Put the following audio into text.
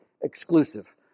exclusive